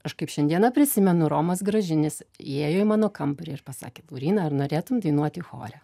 aš kaip šiandieną prisimenu romas gražinis įėjo į mano kambarį ir pasakė lauryna ar norėtum dainuoti chore